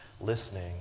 listening